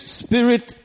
spirit